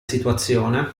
situazione